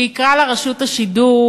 שיקרא לה "רשות השידור",